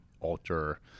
alter